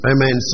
Amen